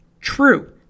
True